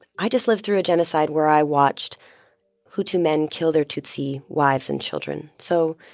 i just lived through a genocide where i watched hutu men kill their tutsi wives and children. so,